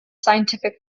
scientific